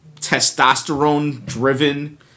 testosterone-driven